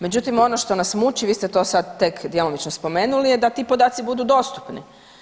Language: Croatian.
Međutim, ono što nas muči vi ste to sad tek djelomično spomenuli je da ti podaci budu dostupni.